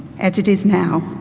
as it is now,